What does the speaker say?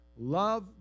Love